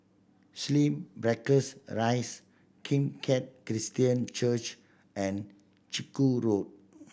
Slim Barracks a Rise Kim Keat Christian Church and Chiku Road